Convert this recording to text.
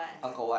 Angkor-Wat